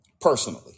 personally